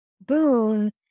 boon